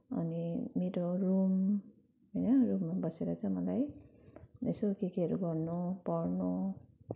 अनि मेरो रुम होइन रुममा बसेर चाहिँ मलाई यसो के केहरू गर्नु पढ्नु